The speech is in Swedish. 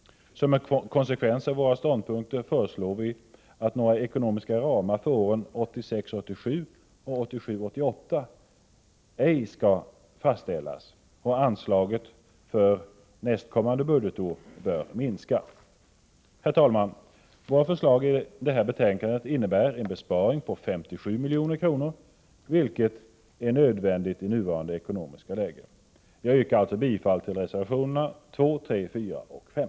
Som en konsekvens av våra ståndpunkter föreslår vi att några ekonomiska ramar för budgetåren 1986 88 ej skall fastställas. Anslaget för nästa budgetår bör minska. Herr talman! Våra förslag i detta betänkande innebär en besparing på 57 milj.kr., vilket är nödvändigt i nuvarande ekonomiska läge. Jag yrkar alltså bifall till reservationerna 2, 3, 4 och 5.